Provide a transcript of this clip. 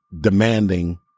Demanding